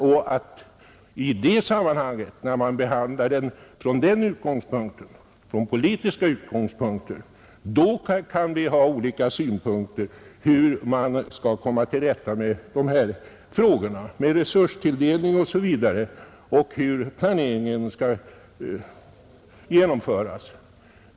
Och när vi behandlar den från politiska utgångspunkter, då kan vi ha olika synpunkter på hur man skall komma till rätta med t.ex. frågorna om resurstilldelning och om hur planeringen skall genomföras.